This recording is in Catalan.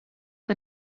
que